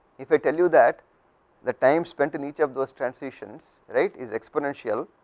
if i tell you that the times spent and each of those transitions right is exponential